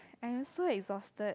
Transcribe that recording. I also exhausted